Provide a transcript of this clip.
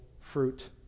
fruit